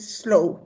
slow